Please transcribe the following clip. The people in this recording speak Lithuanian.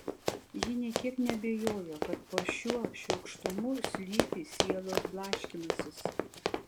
ji nė kiek neabejojo kad po šiuo šiurkštumu slypi sielos blaškymasis